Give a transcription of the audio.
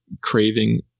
craving